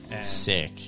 Sick